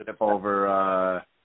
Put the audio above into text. Over